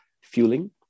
fueling